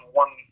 one